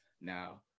Now